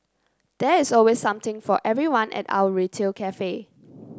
there is always something for everyone at our retail cafe